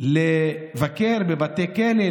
לבקר בבתי כלא,